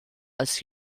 als